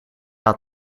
had